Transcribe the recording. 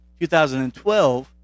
2012